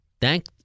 thank